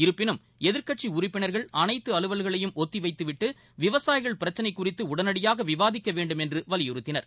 இருப்பினும் எதிர்கட்சி உறப்பினர்கள் அனைத்து அலுவல்களையும் ஒத்திவைத்துவிட்டு விவசாயிகள் பிரச்சினை குறித்து உடனடியாக விவாதிக்க வேண்டும் என்று வலியுறுத்தினர்